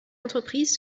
entreprise